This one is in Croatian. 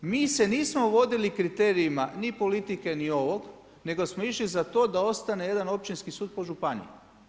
Mi se nismo vodili kriterijima ni politike, ni ovog nego smo išli za to da ostane jedan općinski sud po županijama.